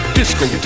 Disco